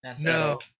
No